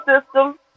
system